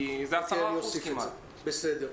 כי זה כמעט 10%. בסדר,